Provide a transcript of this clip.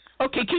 Okay